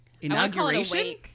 inauguration